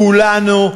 כולנו,